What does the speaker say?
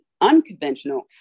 unconventional